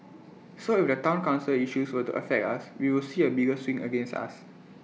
so if the Town Council issues were to affect us we will see A bigger swing against us